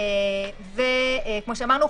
וכמו שאמרנו,